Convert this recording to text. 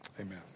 Amen